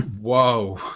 whoa